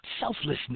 Selflessness